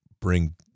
bring